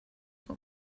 got